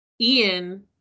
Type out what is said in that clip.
ian